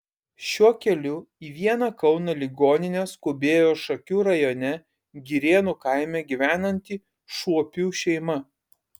šiuo keliu į vieną kauno ligoninę skubėjo šakių rajone girėnų kaime gyvenanti šuopių šeima